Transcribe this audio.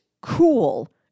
cool